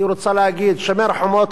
היא רוצה להגיד: שומר חומות,